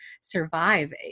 survive